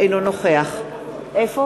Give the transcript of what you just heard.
אינו נוכח נגד.